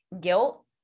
Guilt